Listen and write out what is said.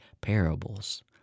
parables